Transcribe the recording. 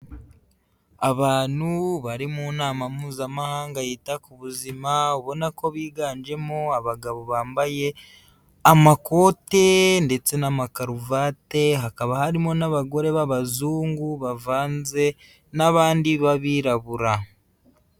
Abantu bari mu nama mpuzamahanga yita ku buzima ubona ko biganjemo abagabo bambaye amakote ndetse n'amakaruvate, hakaba harimo n'abagore b'abazungu bavanze n'abandi b'abirabura.